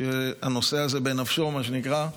שהנושא הזה בנפשו, מה שנקרא,